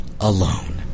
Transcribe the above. alone